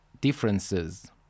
differences